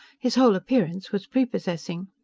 his whole appearance was prepossessing.